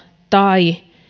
tai